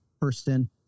person